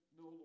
no